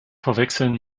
verwechseln